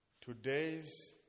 Today's